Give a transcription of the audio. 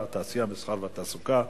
המסחר והתעסוקה.